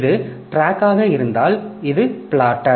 இது டிராக்காக இருந்தால் இது பிளாட்டர்